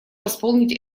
восполнить